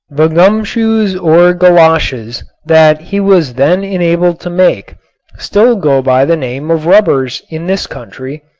the gumshoes or galoshes that he was then enabled to make still go by the name of rubbers in this country,